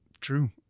True